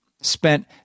spent